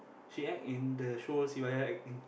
she act in the show Sivaya acting